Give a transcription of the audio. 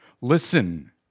Listen